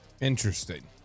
Interesting